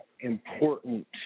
important